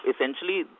essentially